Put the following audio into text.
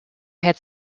had